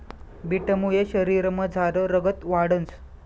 बीटमुये शरीरमझार रगत वाढंस